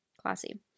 Classy